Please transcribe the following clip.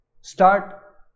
start